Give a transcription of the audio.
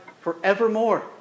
forevermore